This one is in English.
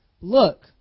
Look